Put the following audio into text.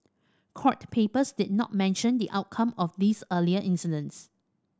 court papers did not mention the outcome of these earlier incidents